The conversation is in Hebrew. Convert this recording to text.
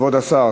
כבוד השר,